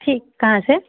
ठीक कहाँ से